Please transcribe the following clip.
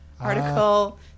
article